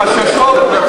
חששות,